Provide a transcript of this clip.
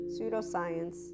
pseudoscience